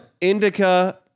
Indica